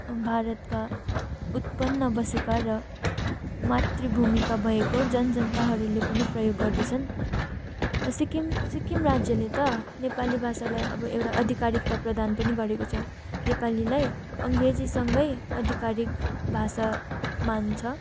भारतका उत्पन्न बसेका र मातृभूमिका भएको र जन जनताहरूले पनि प्रयोग गर्दछन् सिक्किम सिक्किम राज्यले त नेपाली भाषालाई अब एउटा आधिकारिकता प्रदान पनि गरेको छ नेपालीलाई अङ्ग्रेजीसँगै आधिकारिक भाषा मान्छ